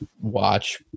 watch